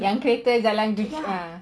yang kereta jalan ya